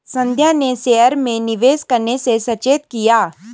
संध्या ने शेयर में निवेश करने से सचेत किया